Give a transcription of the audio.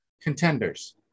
Contenders